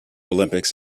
olympics